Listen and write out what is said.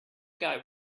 guy